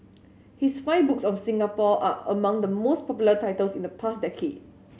his five books of Singapore are among the most popular titles in the past decade